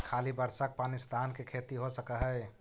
खाली बर्षा के पानी से धान के खेती हो सक हइ?